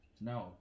No